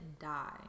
die